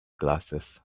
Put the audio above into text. glasses